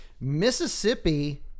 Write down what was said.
Mississippi